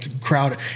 crowd